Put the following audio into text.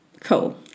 Cool